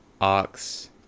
ox